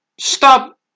stop